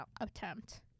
attempt